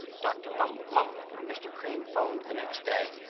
dr. bumble mumbled when mr. cream phoned the next day.